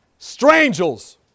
Strangels